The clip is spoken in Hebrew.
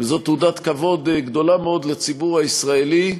וזאת תעודת כבוד גדולה מאוד לציבור הישראלי,